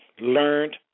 learned